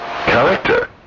Character